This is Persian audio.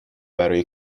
برای